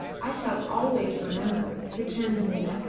i shall always remember, returned nina,